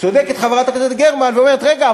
צודקת חברת הכנסת גרמן ואומרת: רגע,